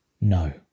No